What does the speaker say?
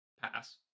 Pass